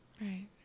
Right